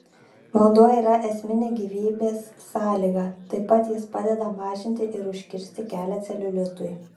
vanduo yra esminė gyvybės sąlyga taip pat jis padeda mažinti ir užkirsti kelią celiulitui